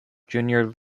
junior